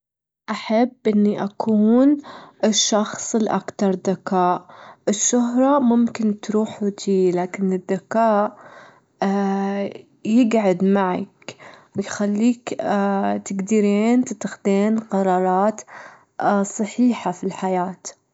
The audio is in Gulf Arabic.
أحب إني أكون الشخص الأكتر ذكاء، الشهرة ممكن تروح وتجيلك، لكن الذكاء يجعد معك، ويخليك تجدرين تاخدين قرارات صحيحة في الحياة.